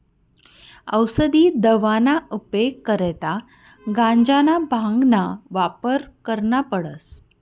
औसदी दवाना उपेग करता गांजाना, भांगना वापर करना पडस